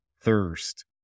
Thirst